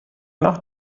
nach